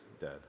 dead